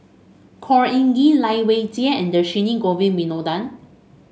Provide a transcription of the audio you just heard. Khor Ean Ghee Lai Weijie and Dhershini Govin Winodan